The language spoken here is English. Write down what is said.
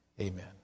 Amen